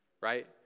Right